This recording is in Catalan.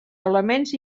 elements